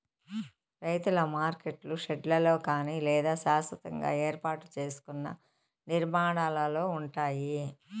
రైతుల మార్కెట్లు షెడ్లలో కానీ లేదా శాస్వతంగా ఏర్పాటు సేసుకున్న నిర్మాణాలలో ఉంటాయి